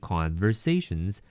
Conversations